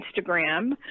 Instagram